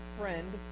Friend